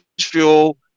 fuel